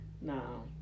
no